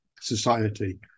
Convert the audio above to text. society